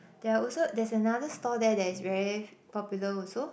there're also there's another store there that is very popular also